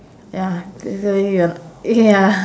ya definitely you're not ya